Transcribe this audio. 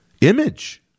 image